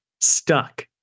stuck